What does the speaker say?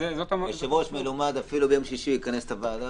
היושב ראש המלומד אפילו ביום שישי יכנס את הוועדה.